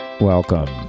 Welcome